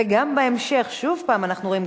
וגם בהמשך שוב פעם אנחנו רואים,